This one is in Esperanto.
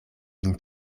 vin